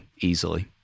easily